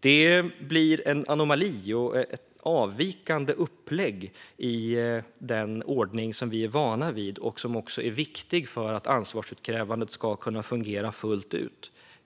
Det blir en anomali och ett avvikande upplägg i den ordning som vi är vana vid och som också är viktig för att ansvarsutkrävandet ska kunna fungera fullt ut.